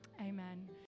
Amen